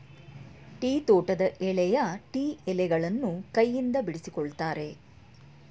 tea ತೋಟದ ಎಳೆಯ tea ಎಲೆಗಳನ್ನು ಕೈಯಿಂದ ಬಿಡಿಸಿಕೊಳ್ಳುತ್ತಾರೆ